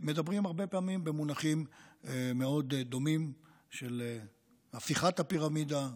מדברים הרבה פעמים במונחים מאוד דומים של הפיכת הפירמידה,